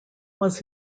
was